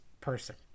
person